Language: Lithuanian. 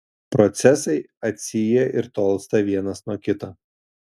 procesai atsyja ir tolsta vienas nuo kito